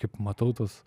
kaip matau tuos